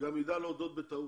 שגם יידע להודות בטעות,